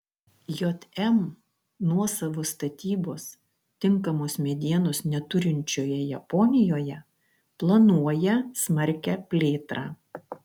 jm nuosavos statybos tinkamos medienos neturinčioje japonijoje planuoja smarkią plėtrą